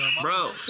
Bro